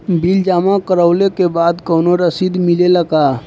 Bill जमा करवले के बाद कौनो रसिद मिले ला का?